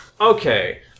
Okay